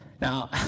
Now